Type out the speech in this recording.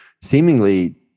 seemingly